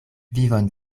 vivon